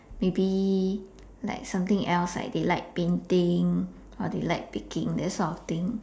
maybe like something else like they like painting or they like baking that sort of thing